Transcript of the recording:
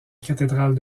cathédrale